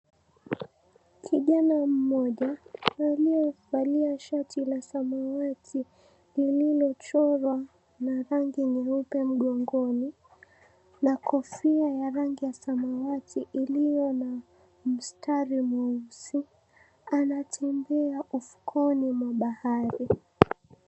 Kijana mmoja aliyevalia shati la samawati lililochorwa na rangi nyeupe mgongoni na kofia ya rangi ya samawati ilio na mstari mweusi anatembea ufukweni mwa bahari.